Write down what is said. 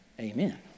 Amen